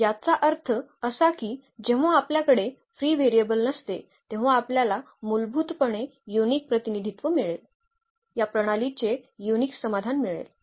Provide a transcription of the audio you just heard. याचा अर्थ असा की जेव्हा आपल्याकडे फ्री व्हेरिएबल नसते तेव्हा आपल्याला मूलभूतपणे युनिक प्रतिनिधित्त्व मिळेल या प्रणालीचे युनिक समाधान मिळेल